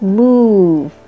move